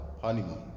honeymoon